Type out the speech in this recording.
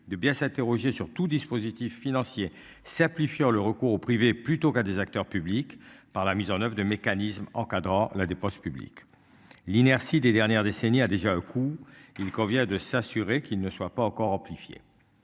de bien s'interroger sur tout dispositif financier simplifiant le recours au privé plutôt qu'à des acteurs publics par la mise en oeuvre de mécanismes encadrant la dépense publique l'inertie des dernières décennies a déjà un coup, il convient de s'assurer qu'il ne soit pas encore amplifié.